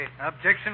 Objection